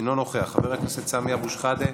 אינו נוכח, חבר הכנסת סמי אבו שחאדה,